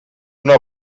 una